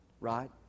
right